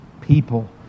people